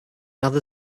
other